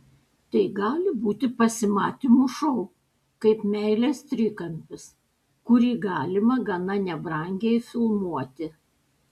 tai gali būti pasimatymų šou kaip meilės trikampis kurį galima gana nebrangiai filmuoti